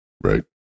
Right